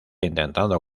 intentando